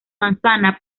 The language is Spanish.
manzana